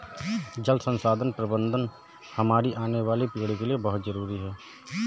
जल संसाधन प्रबंधन हमारी आने वाली पीढ़ी के लिए बहुत जरूरी है